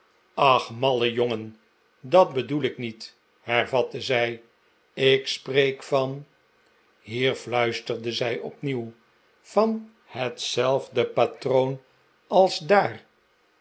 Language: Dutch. och malle jongen dat bedoel ik niet hervatte zij ik spreek van hier fluisterde zij dpnieuw van hetzelfde patroon als daar